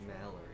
Mallory